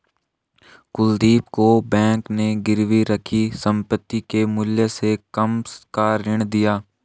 कुलदीप को बैंक ने गिरवी रखी संपत्ति के मूल्य से कम का ऋण दिया